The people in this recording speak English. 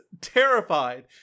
terrified